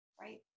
right